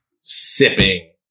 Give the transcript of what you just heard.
sipping